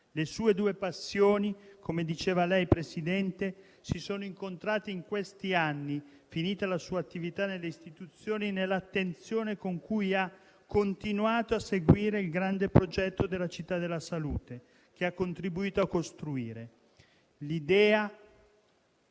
Le sue due passioni, come diceva lei, signor Presidente, si sono incontrate in questi anni, finita la sua attività nelle istituzioni, nell'attenzione con cui ha continuato a seguire il grande progetto della Città della salute, che ha contribuito a costruire: l'idea